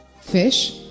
Fish